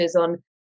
on